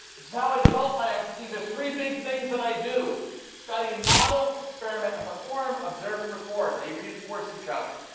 this is how i develop my expertise, there's three big things that i do study and model, experiment and perform, observe and record, they reinforce each other.